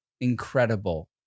Incredible